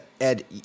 Ed